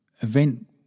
event